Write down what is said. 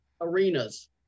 arenas